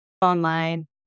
online